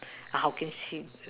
how can she